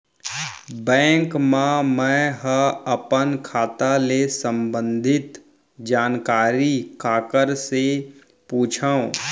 Bank मा मैं ह अपन खाता ले संबंधित जानकारी काखर से पूछव?